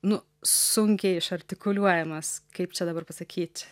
nu sunkiai išartikuliuojamas kaip čia dabar pasakyt